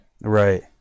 Right